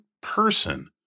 person